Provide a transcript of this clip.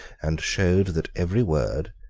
and showed that every word,